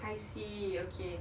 I see okay